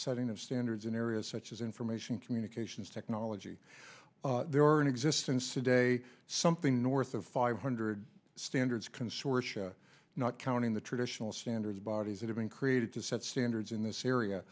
setting of standards in areas such as information communications technology there are in existence today something north of five hundred standards consortia not counting the traditional standards bodies that have been created to set standards in this area